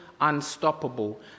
Unstoppable